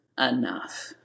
enough